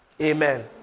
Amen